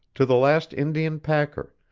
to the last indian packer,